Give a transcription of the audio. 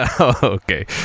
Okay